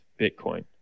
Bitcoin